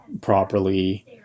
properly